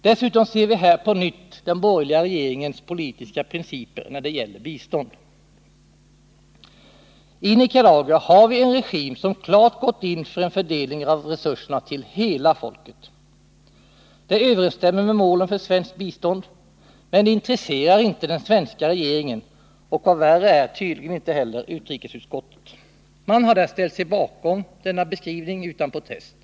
Dessutom ser vi här på nytt den borgerliga regeringens politiska principer när det gäller bistånd. I Nicaragua har vi en regim som klart gått in för en fördelning av resurserna till hela folket. Det överensstämmer med målen för svenskt bistånd. Men det intresserar inte den svenska regeringen, och vad värre är tydligen inte heller utrikesutskottet. Man har där ställt sig bakom Nr 132 denna beskrivning utan protest.